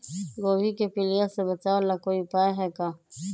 गोभी के पीलिया से बचाव ला कोई उपाय है का?